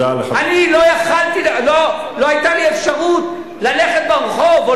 לא היתה לי אפשרות ללכת ברחוב או